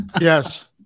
yes